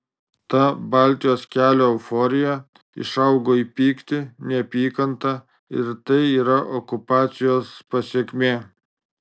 ta baltijos kelio euforija išaugo į pyktį neapykantą ir tai yra okupacijos pasekmė